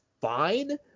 fine